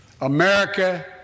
america